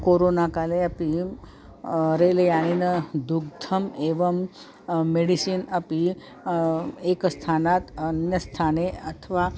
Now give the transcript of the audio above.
corona काले अपि रेलयानेन दुग्धम् एवं मेडिसिन् अपि एकस्थानात् अन्यस्थाने अथवा